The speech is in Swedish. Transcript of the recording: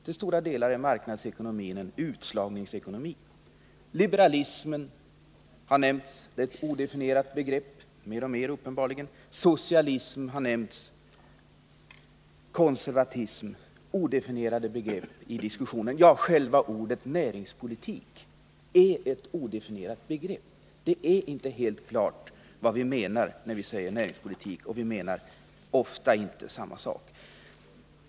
Till stor del är marknadsekonomin en utslagningsekonomi. Liberalism har nämnts i debatten. Det är ett odefinierat begrepp — och uppenbarligen blir det allt oklarare. Likaså har socialism och konservatism nämnts, även det odefinierade begrepp i diskussionen. Ja, själva ordet näringspolitik är ett odefinierat begrepp. Det är inte klart vad vi menar när vi säger näringspolitik, och vi menar ofta inte samma sak.